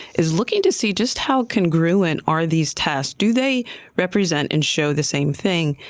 is looking to see just how congruent are these tests? do they represent and show the same thing?